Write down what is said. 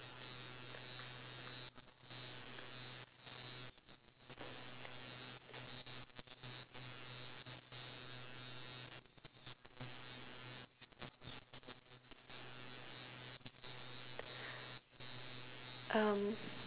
um